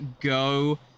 go